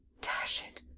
dash it!